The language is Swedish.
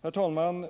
Herr talman!